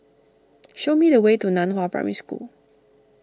show me the way to Nan Hua Primary School